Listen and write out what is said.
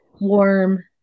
warm